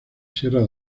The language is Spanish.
sierra